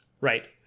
right